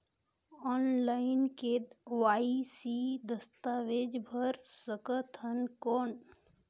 Online KYC दस्तावेज भर सकथन कौन?